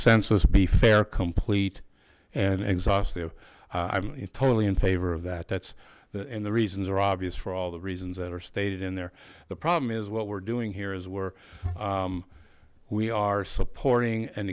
census be fair complete and exhaustive i'm totally in favor of that that's the and the reasons are obvious for all the reasons that are stated in there the problem is what we're doing here is were we are supporting an